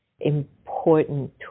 important